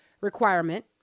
requirement